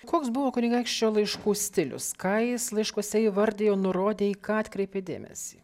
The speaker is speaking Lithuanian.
koks buvo kunigaikščio laiškų stilius ką jis laiškuose įvardijo nurodė į ką atkreipė dėmesį